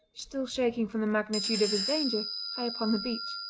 still shaking from the magnitude of his danger, high upon the beach.